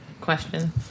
question